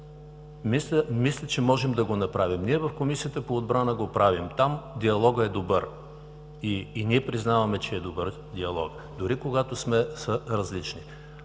Мисля, че можем да го направим. В Комисията по отбрана го правим – там диалогът е добър. И ние признаваме, че е добър диалогът дори, когато сме различни.